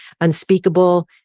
unspeakable